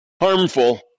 harmful